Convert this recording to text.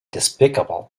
despicable